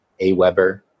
AWeber